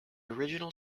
original